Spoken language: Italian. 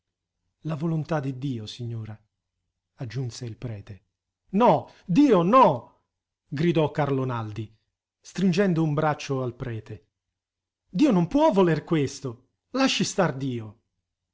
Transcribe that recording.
la volontà di dio signora aggiunse il prete no dio no gridò carlo naldi stringendo un braccio al prete dio non può voler questo lasci star dio